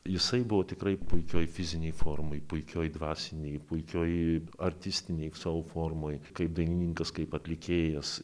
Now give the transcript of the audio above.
jisai buvo tikrai puikioj fizinėj formoj puikioj dvasinėj puikioj artistinėj savo formoj kaip dainininkas kaip atlikėjas